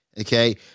okay